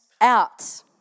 out